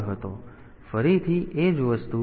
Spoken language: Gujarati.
તેથી ફરીથી એ જ વસ્તુ TLX અને THX છે